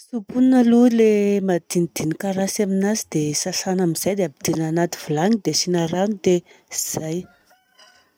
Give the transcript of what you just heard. Tsimponina aloha ilay madinidinika ratsy aminazy, dia sasana amizay, dia ampidirina anaty vilany, dia asiana rano dia zay.